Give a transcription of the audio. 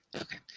Okay